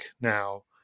now